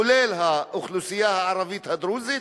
כולל האוכלוסייה הערבית הדרוזית,